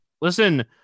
Listen